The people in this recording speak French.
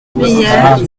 meyère